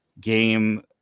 game